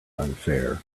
unfair